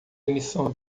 emissão